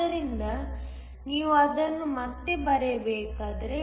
ಆದ್ದರಿಂದ ನೀವು ಅದನ್ನು ಮತ್ತೆ ಬರೆಯಬೇಕಾದರೆ